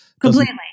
completely